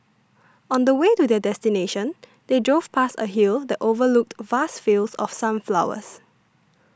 on the way to their destination they drove past a hill that overlooked vast fields of sunflowers